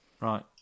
right